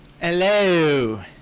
Hello